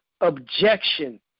objection